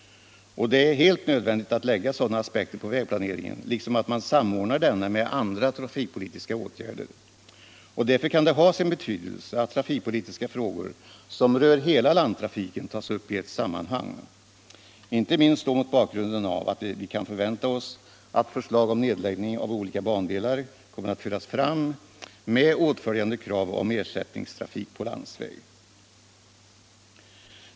Det är helt nödvändigt att anlägga sådana aspekter på vägplaneringen liksom att samordna denna med andra trafikpolitiska åtgärder. Därför kan det ha sin betydelse att trafikpolitiska frågor som rör hela landtrafiken tas upp i ett sammanhang, inte minst då mot bakgrund av att vi kan förvänta oss att förslag om nedläggning av vissa av SJ:s bandelar kommer att föras fram, vilket medför krav om ersättningstrafik på landsväg.